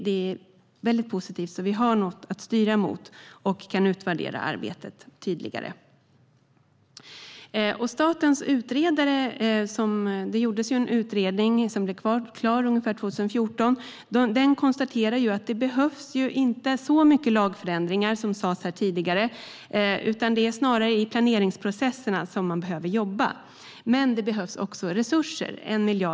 Det är positivt att ha något att styra mot, och vi kommer att kunna utvärdera arbetet på ett tydligare sätt. I en utredning som blev klar ungefär 2014 konstaterar statens utredare att det inte behövs särskilt många lagförändringar, vilket sas här tidigare. Det är snarare planeringsprocesserna som man behöver jobba med. Men det behövs också resurser.